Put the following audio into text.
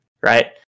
right